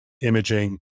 imaging